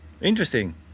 interesting